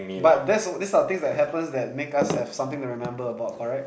but this type of things that happens that make us have something to remember about correct